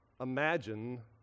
imagine